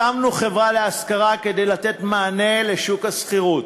הקמנו חברה להשכרה כדי לתת מענה לשוק השכירות,